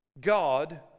God